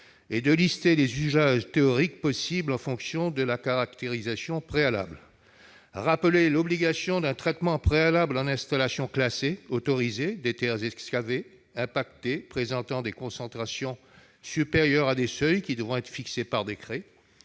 et de lister les usages théoriques possibles en fonction de la caractérisation préalable. En deuxième lieu, rappeler l'obligation d'un traitement préalable en installation classée autorisée des terres excavées impactées présentant des concentrations supérieures à des seuils qui devront être fixés par décret.